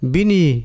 Bini